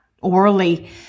orally